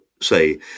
say